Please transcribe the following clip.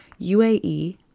UAE